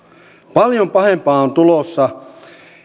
paljon pahempaa on tulossa